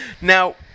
Now